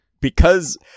Because-